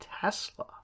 Tesla